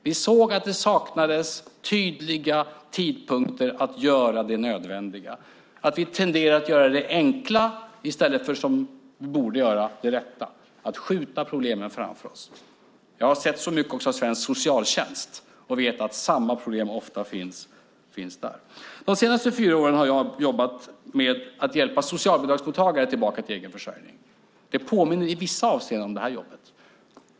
Vi såg att det saknades tydliga tidpunkter att göra det nödvändiga och att vi tenderade att göra det enkla i stället för det vi borde göra, nämligen det rätta. Vi tenderade att skjuta problemen framför oss. Jag har sett mycket också av svensk socialtjänst och vet att samma problem ofta finns där. De senaste fyra åren har jag jobbat med att hjälpa socialbidragstagare tillbaka till egen försörjning. Det påminner i vissa avseenden om det här jobbet.